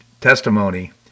testimony